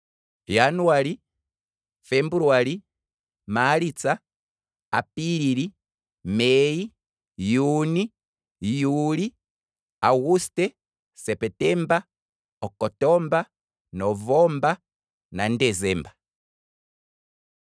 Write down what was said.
Januali, febuluali, maalitsa, apilili, mei, juni, juli, aguste, septemba, okotoomba, novomba, nadecemba